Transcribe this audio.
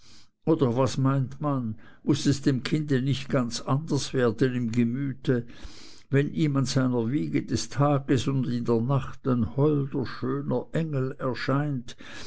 oder was meint man muß es dem kinde nicht ganz anders werden im gemüte wenn ihm an seiner wiege des tages und in der nacht ein holder schöner engel erscheint